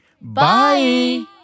Bye